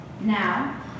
Now